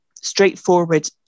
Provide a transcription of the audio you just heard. Straightforward